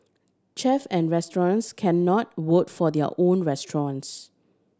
chef and restaurants cannot vote for their own restaurants